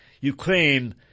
Ukraine